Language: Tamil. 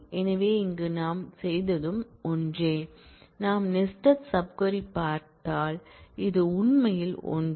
எனவே இங்கே நாம் செய்ததும் ஒன்றே நாம் நெஸ்டட் சப் க்வரி பார்த்தால் இது உண்மையில் ஒன்றே